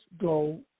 go